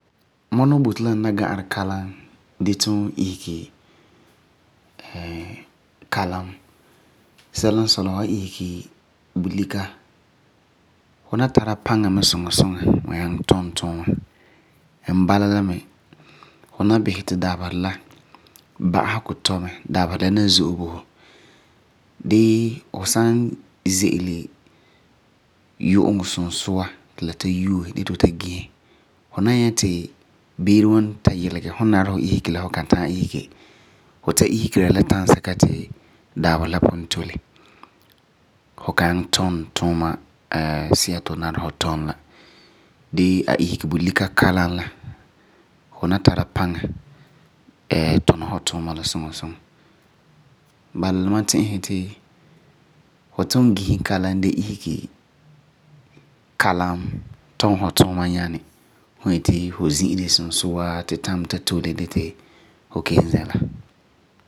Ma nuu boti la n na ga'arɛ kalam dee yuum isege kalam. Sɛla n sɔi la fu san isege bulika, fu na tara paŋa mɛ suŋa suŋa was nyaŋɛ tum tuunɛ. And bala la mɛ, fu na bisɛ ti dabeserɛ la ba'asegɔ tɔi mɛ, dabeserɛ la na zo'e bo fu mɛ. Dee a isege bulika kalam la fu na tara paŋa tuna fu tuuma la suŋa suŋa. Bala la, ma ti'isɛ ti fu tum bisɛ kalam dee isege kalam tum du tuuma nyani fu yeti fu zi'ire sunsua ti time ta tole dee ti fu ken ze la.